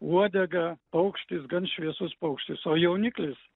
uodega paukštis gan šviesus paukštis o jauniklis